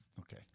Okay